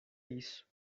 isso